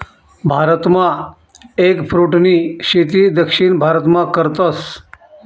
भारतमा एगफ्रूटनी शेती दक्षिण भारतमा करतस